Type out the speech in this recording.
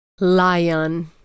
Lion